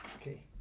Okay